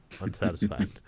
unsatisfied